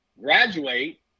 graduate